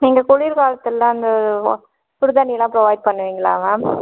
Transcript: நீங்கள் சொல்லியிருக்க ஹாஸ்டலில் அந்த சுடு தண்ணிலாம் ப்ரொவைட் பண்ணுவீங்களா மேம்